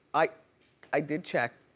i i did check,